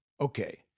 Okay